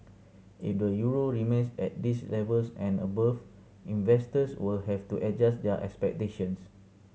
if the euro remains at these levels and above investors will have to adjust their expectations